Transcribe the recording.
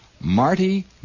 Marty